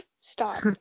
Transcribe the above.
Stop